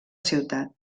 ciutat